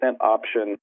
option